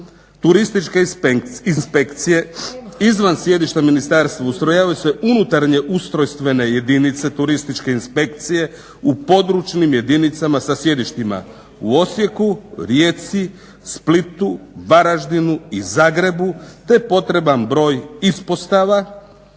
turističke inspekcije izvan sjedišta ministarstva ustrojavaju se unutarnje ustrojstvene jedinice turističke inspekcije u područnim jedinicama sa sjedištima u Osijeku, Rijeci, Splitu, Varaždinu i Zagrebu te potreban broj ispostava